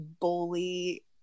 bully